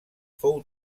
fou